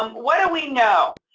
um what do we know?